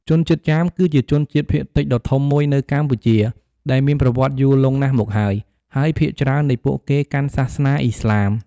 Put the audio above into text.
ជនជាតិចាមគឺជាជនជាតិភាគតិចដ៏ធំមួយនៅកម្ពុជាដែលមានប្រវត្តិយូរលង់ណាស់មកហើយ ហើយភាគច្រើននៃពួកគេកាន់សាសនាឥស្លាម។